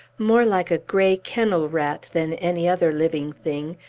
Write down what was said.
more like a gray kennel-rat than any other living thing,